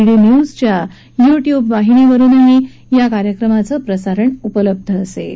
D न्यूजच्या YouTube वाहिनीवरुनही या कार्यक्रमाचं थेट प्रसारण केलं जाईल